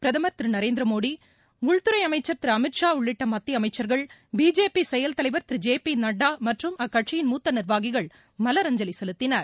பிரதமர் திரு நரேந்திர மோடி உள்துறை அமைச்சர் திரு அமித் ஷா உள்ளிட்ட மத்திய அமைக்கள் பிஜேபி செயல் தலைவர் திரு ஜே பி நட்டா மற்றும் அக்கட்சியின் மூத்த நிர்வாகிகள் மலரஞ்சலி செலுத்தினர்